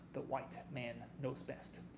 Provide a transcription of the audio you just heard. the white man knows best.